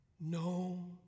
No